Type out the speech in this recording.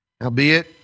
Howbeit